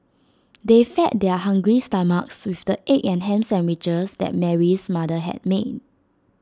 they fed their hungry stomachs with the egg and Ham Sandwiches that Mary's mother had made